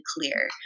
clear